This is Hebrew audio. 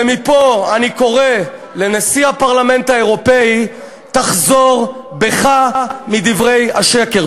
ומפה אני קורא לנשיא הפרלמנט האירופי: תחזור בך מדברי השקר.